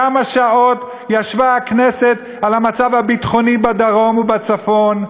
כמה שעות ישבה הכנסת על המצב הביטחוני בדרום ובצפון,